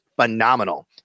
phenomenal